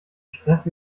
stress